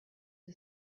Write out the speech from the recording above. who